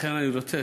אני רוצה,